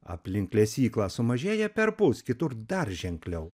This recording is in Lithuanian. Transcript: aplink lesyklą sumažėja perpus kitur dar ženkliau